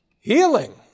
healing